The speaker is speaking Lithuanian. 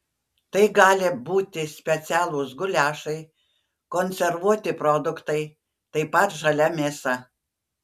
tai gali būti specialūs guliašai konservuoti produktai taip pat žalia mėsa